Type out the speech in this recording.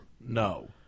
No